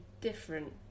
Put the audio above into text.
different